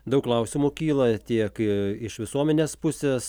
daug klausimų kyla tiek iš visuomenės pusės